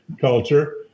culture